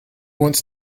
wants